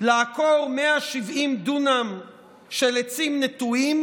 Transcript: לעקור 170 דונם של עצים נטועים